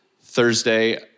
Thursday